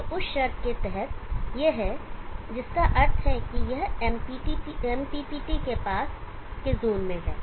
तो उस शर्त के तहत यह है जिसका अर्थ है कि यह MPPT के पास के जोन में है